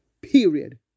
period